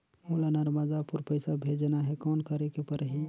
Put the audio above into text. मोला नर्मदापुर पइसा भेजना हैं, कौन करेके परही?